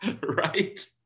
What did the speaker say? right